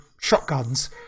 shotguns